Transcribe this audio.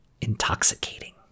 intoxicating